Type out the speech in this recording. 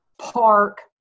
park